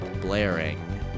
blaring